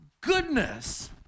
goodness